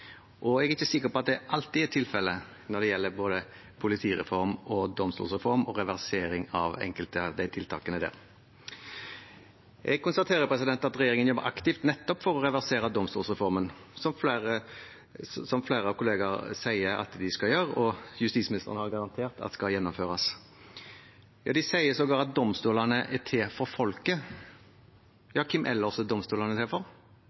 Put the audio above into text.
Jeg er ikke sikker på at det alltid er tilfellet når det gjelder både politireform og domstolsreform og reversering av enkelte av de tiltakene. Jeg konstaterer at regjeringen jobber aktivt nettopp for å reversere domstolsreformen, som flere av kollegaene sier at de skal gjøre, og justisministeren har garantert skal gjennomføres. Ja, de sier sågar at domstolene er til for folket. Ja, hvem ellers er domstolene til for? Det er